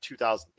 2008